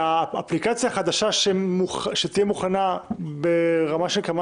האפליקציה החדשה שתהיה מוכנה ברמה של כמה